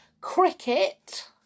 Cricket